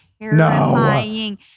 terrifying